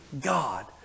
God